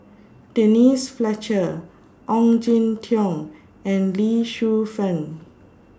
Denise Fletcher Ong Jin Teong and Lee Shu Fen